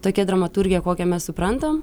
tokia dramaturgija kokią mes suprantam